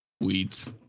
Weeds